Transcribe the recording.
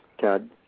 Ted